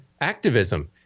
activism